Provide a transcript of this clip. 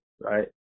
right